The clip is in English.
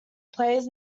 players